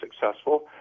successful